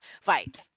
Fight